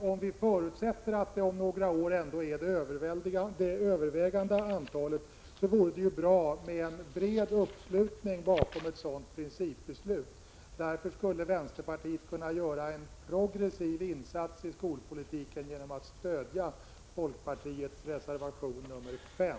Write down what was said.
Om vi förutsätter att det om några år ändå är det övervägande antalet vore det bra med en bred uppslutning kring ett sådant principbeslut. Vänsterpartiet skulle därför kunna göra en progressiv insats i skolpolitiken genom att stödja folkpartiets reservation 5.